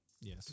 yes